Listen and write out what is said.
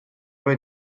aber